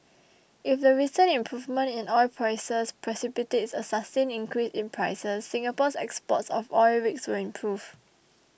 if the recent improvement in oil prices precipitates a sustained increase in prices Singapore's exports of oil rigs will improve